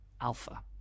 Alpha